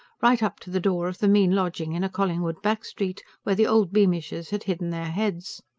right up to the door of the mean lodging in a collingwood back street, where the old beamishes had hidden their heads.